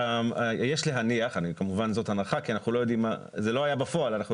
יש להניח כמובן זאת הנחה כי זה לא היה בפועל ואנחנו